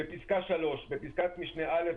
" בפסקה (3) בפסקת משנה (א),